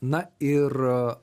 na ir